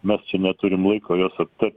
mes čia neturim laiko juos aptart